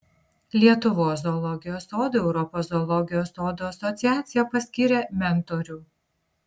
lietuvos zoologijos sodui europos zoologijos sodų asociacija paskyrė mentorių